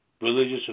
religious